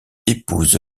épouse